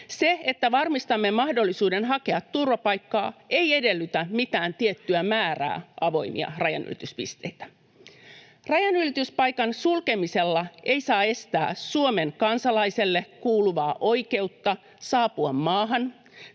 Se, että varmistamme mahdollisuuden hakea turvapaikkaa, ei edellytä mitään tiettyä määrää avoimia rajanylityspisteitä. Rajanylityspaikan sulkemisella ei saa estää Suomen kansalaiselle kuuluvaa oikeutta saapua maahan